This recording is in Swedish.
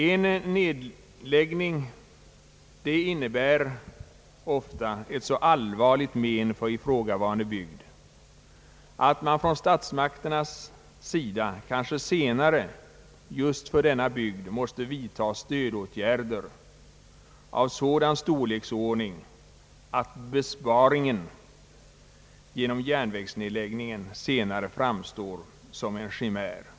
En nedläggning innebär ofta ett så allvarligt men för ifrågavarande bygd, att statsmakterna senare kanske just för denna bygd måste vidtaga stödåtgärder av sådan storleksordning att den genom järnvägsnedläggningen åstadkomna besparingen senare framstår såsom en chimär och i verk Ang.